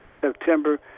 September